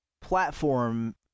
platform